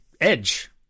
edge